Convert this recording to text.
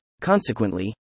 Consequently